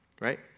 right